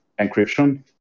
encryption